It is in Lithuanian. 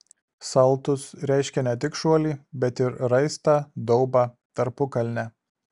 saltus reiškia ne tik šuolį bet ir raistą daubą tarpukalnę